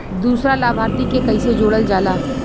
दूसरा लाभार्थी के कैसे जोड़ल जाला?